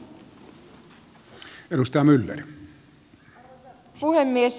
arvoisa puhemies